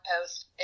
post